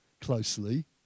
closely